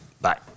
Bye